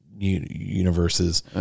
Universes